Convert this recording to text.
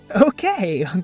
Okay